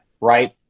right